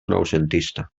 noucentista